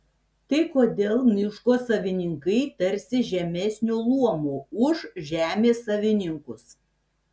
tai kodėl miško savininkai tarsi žemesnio luomo už žemės savininkus